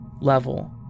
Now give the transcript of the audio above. level